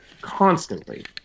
constantly